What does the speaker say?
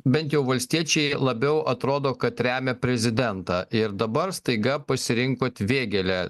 bent jau valstiečiai labiau atrodo kad remia prezidentą ir dabar staiga pasirinkot vėgėlę